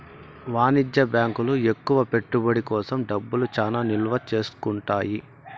వాణిజ్య బ్యాంకులు ఎక్కువ పెట్టుబడి కోసం డబ్బులు చానా నిల్వ చేసుకుంటాయి